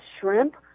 shrimp